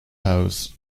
house